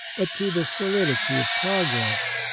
but to the solidity of progress.